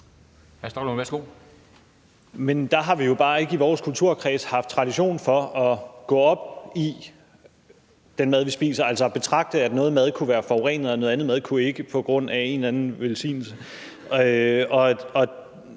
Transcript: har vi jo bare ikke haft tradition for at gå op i den mad, vi spiser – altså at betragte det sådan, at noget mad kunne være forurenet, og noget andet mad ikke kunne være det på grund af en eller anden velsignelse.